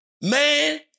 Man